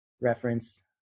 reference